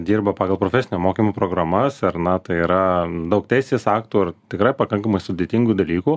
dirba pagal profesinio mokymo programas ar ne tai yra daug teisės aktų ar tikrai pakankamai sudėtingų dalykų